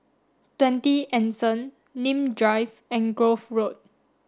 twenty Anson Nim Drive and Grove Road